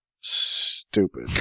stupid